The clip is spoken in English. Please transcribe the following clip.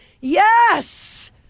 yes